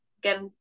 get